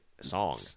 Song